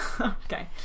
Okay